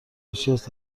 هیچکس